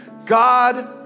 God